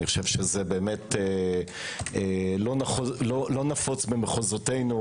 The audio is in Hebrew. זה באמת לא נפוץ במחוזותינו,